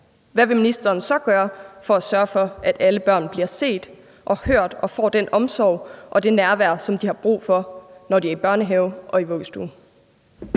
Hvad vil ministeren så gøre for at sørge for, at alle børn bliver set og hørt og får den omsorg og det nærvær, som de har brug for, når de er i børnehave og i vuggestue?